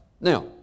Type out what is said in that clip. Now